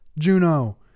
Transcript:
Juno